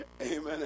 Amen